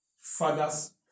Fathers